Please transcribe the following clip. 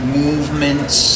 movements